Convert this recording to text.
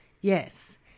Yes